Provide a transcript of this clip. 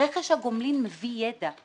רכש הגומלין מביא ידע.